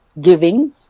giving